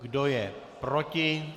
Kdo je proti?